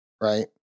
right